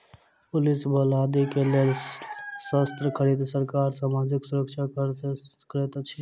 police बल आदि के लेल शस्त्र खरीद, सरकार सामाजिक सुरक्षा कर सँ करैत अछि